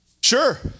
Sure